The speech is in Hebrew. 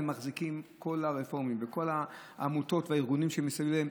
כל הרפורמים וכל העמותות והארגונים שמסביב להם,